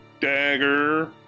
dagger